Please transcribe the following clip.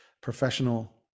professional